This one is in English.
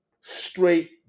straight